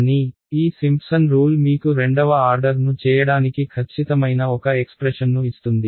కానీ ఈ Simpson rule మీకు రెండవ ఆర్డర్ను చేయడానికి ఖచ్చితమైన ఒక ఎక్స్ప్రెషన్ను ఇస్తుంది